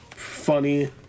funny